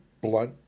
blunt